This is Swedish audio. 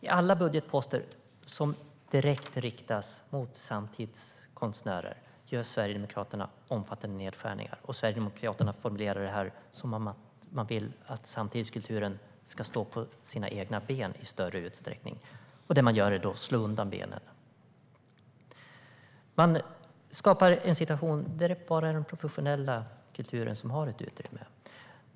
I alla budgetposter som riktas direkt mot samtidskonstnärer gör Sverigedemokraterna omfattande nedskärningar. Sverigedemokraterna formulerar det som att samtidskulturen i större utsträckning ska stå på egna ben, och så slår man undan benen. Sverigedemokraterna skapar en situation där bara den kommersiella kulturen har ett utrymme.